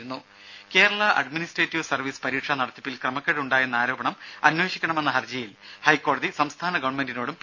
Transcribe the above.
രും Kerala administrative service പരീക്ഷാ നടത്തിപ്പിൽ ക്രമക്കേടുണ്ടായെന്ന ആരോപണം അന്വേഷിക്കണമെന്ന ഹർജിയിൽ ഹൈക്കോടതി സംസ്ഥാന ഗവൺമെന്റിനോടും പി